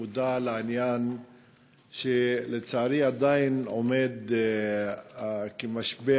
מודע לעניין שלצערי עדיין עומד כמשבר,